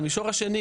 המישור השני,